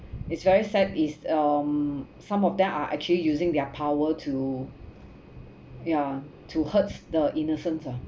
it's very sad it's um some of them are actually using their power to ya to hurts the innocent lah